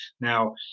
Now